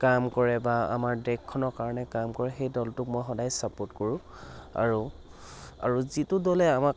কাম কৰে বা আমাৰ দেশখনৰ কাৰণে কাম কৰে সেই দলটোক মই সদায় ছাপোৰ্ট কৰোঁ আৰু আৰু যিটো দলে আমাক